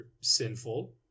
sinful